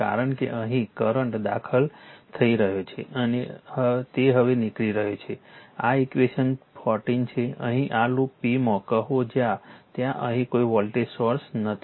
કારણ કે અહીં કરંટ દાખલ થઈ રહ્યો છે અને તે હવે નીકળી રહ્યો છે આ ઈક્વેશન 14 છે અહીં આ લૂપ p માં કહો જ્યાં ત્યાં અહીં કોઈ વોલ્ટેજ સોર્સ નથી